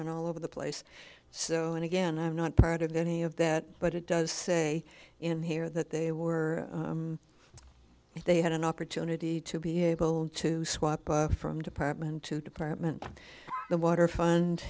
and all over the place so and again i'm not part of any of that but it does say in here that they were if they had an opportunity to be able to swap from department to department the water fund